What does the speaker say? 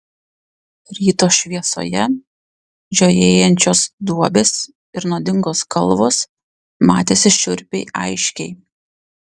ryto šviesoje žiojėjančios duobės ir nuodingos kalvos matėsi šiurpiai aiškiai